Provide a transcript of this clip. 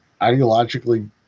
ideologically